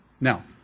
Now